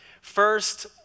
First